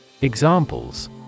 Examples